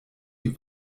die